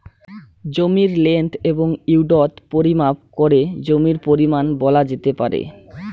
জমির লেন্থ এবং উইড্থ পরিমাপ করে জমির পরিমান বলা যেতে পারে